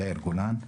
יאיר גולן,